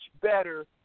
better